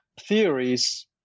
theories